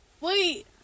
Wait